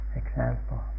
example